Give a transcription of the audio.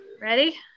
ready